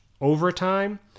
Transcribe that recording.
overtime